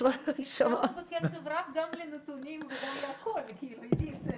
יש לכם מעט אזורים כתומים ומעט אזורים ירוקים ואני חושבת שזאת